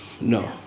No